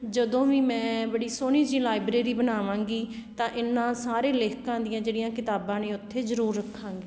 ਜਦੋਂ ਵੀ ਮੈਂ ਬੜੀ ਸੋਹਣੀ ਜਿਹੀ ਲਾਇਬ੍ਰੇਰੀ ਬਣਾਵਾਂਗੀ ਤਾਂ ਇਹਨਾਂ ਸਾਰੇ ਲੇਖਕਾਂ ਦੀਆਂ ਜਿਹੜੀਆਂ ਕਿਤਾਬਾਂ ਨੇ ਉੱਥੇ ਜ਼ਰੂਰ ਰੱਖਾਂਗੀ